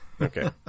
Okay